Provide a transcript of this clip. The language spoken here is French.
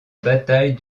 bataille